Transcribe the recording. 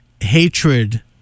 hatred